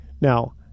Now